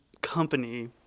company